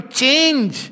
change